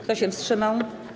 Kto się wstrzymał?